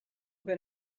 been